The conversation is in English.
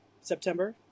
September